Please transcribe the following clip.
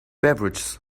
beverages